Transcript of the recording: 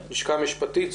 בבקשה.